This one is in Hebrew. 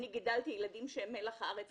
אני גידלתי ילדים שהם מלח הארץ.